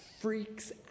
freaks